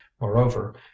moreover